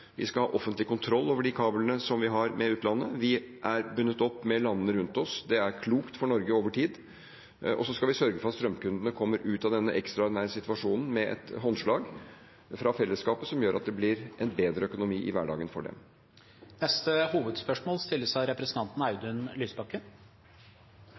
Vi skal ha offentlig kontroll over de kablene vi har til utlandet. Vi er bundet opp med landene rundt oss; det er klokt for Norge over tid. Så skal vi sørge for at strømkundene kommer ut av denne ekstraordinære situasjonen med et håndslag fra fellesskapet som gjør at det blir en bedre økonomi i hverdagen for dem. Vi går til neste hovedspørsmål.